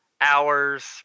hours